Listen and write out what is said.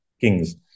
kings